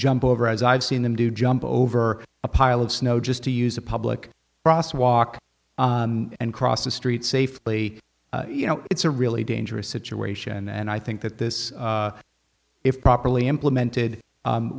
jump over as i've seen them do jump over a pile of snow just to use a public process walk and cross the street safely you know it's a really dangerous situation and i think that this if properly implemented